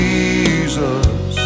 Jesus